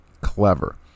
clever